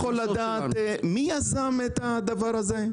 מי יזם את הדבר הזה?